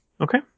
Okay